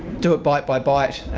do it bite by bite